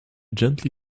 gently